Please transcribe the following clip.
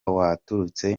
waturutse